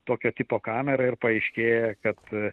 tokio tipo kamerą ir paaiškėja kad